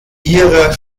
ihrer